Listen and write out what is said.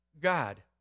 God